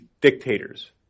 dictators